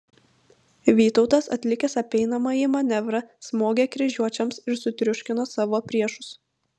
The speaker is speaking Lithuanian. vytautas atlikęs apeinamąjį manevrą smogė kryžiuočiams ir sutriuškino savo priešus